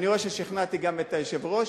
אני רואה ששכנעתי גם את היושב-ראש,